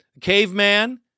Caveman